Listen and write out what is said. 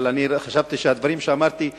אבל חשבתי שהדברים שאמרתי,